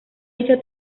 dicha